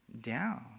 down